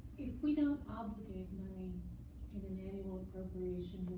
we don't obligate money in an annual appropriation,